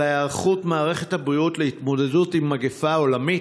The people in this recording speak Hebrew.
היערכות מערכת הבריאות להתמודדות עם מגפה עולמית,